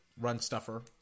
Run-stuffer